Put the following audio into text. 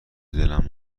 دلم